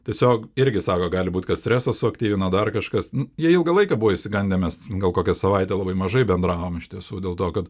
tiesiog irgi sako gali būt kad stresas suaktyvino dar kažkas jie ilgą laiką buvo išsigandęs mes gal kokią savaitę labai mažai bendravom iš tiesų dėl to kad